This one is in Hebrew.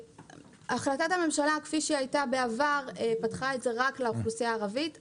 החלטת הממשלה כפי שהייתה בעבר פתחה את זה רק לאוכלוסיה הערבית.